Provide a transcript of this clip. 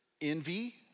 envy